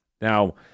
Now